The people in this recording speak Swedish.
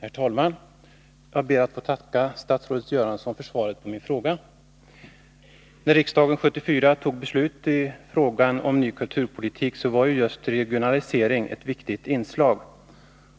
Herr talman! Jag ber att få tacka statsrådet Göransson för svaret på min fråga. När riksdagen år 1974 fattade beslut i fråga om en ny kulturpolitik var just regionaliseringen ett viktigt inslag.